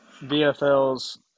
VFL's